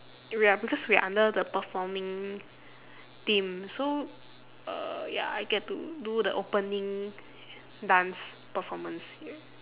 ya because we are under the performing team so uh ya I get to do the opening dance performance ya